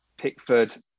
Pickford